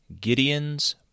Gideon's